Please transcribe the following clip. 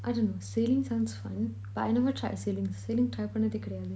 I dunno sailing sounds fun but I never tried sailing sailing try பண்ணாதே கெடையாது:panathey kedaiyathu